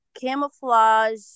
camouflage